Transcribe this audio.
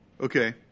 Okay